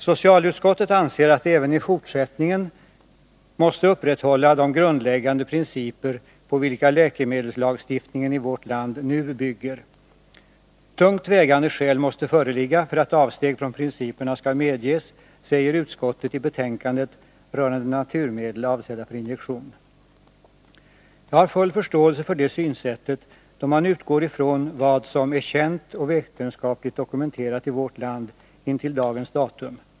Socialutskottet anser att det även i fortsättningen måste upprätthålla de grundläggande principer på vilka läkemedelslagstiftningen i vårt land nu bygger. Tungt vägande skäl måste föreligga för att avsteg från principerna injektion. Jag har full förståelse för det synsättet, då man utgår från vad som är känt och vetenskapligt dokumenterat i vårt land intill dagens datum.